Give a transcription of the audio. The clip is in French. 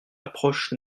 approche